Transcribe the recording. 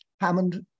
Hammond